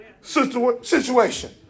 situation